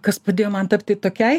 kas padėjo man tapti tokiai